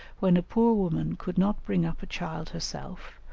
when a poor woman could not bring up a child herself,